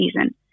season